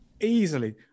easily